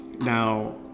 Now